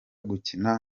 gukina